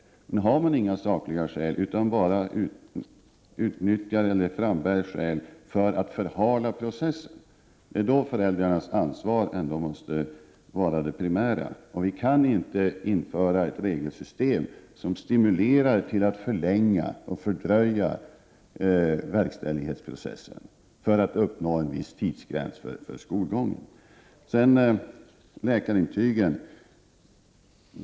Har man emellertid inga sakliga skäl utan bara frambär skäl för att förhala processen måste föräldrarnas ansvar vara det primära. Vi kan inte införa ett regelsystem som stimulerar till att förlänga och fördröja verkställighetsprocessen för att uppnå en viss tidsgräns för skolgången.